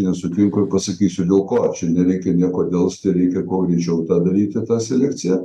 nesutinku ir pasakysiu dėl ko čia nereikia nieko delsti reikia kuo greičiau tą daryti tą selekciją